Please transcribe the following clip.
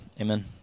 Amen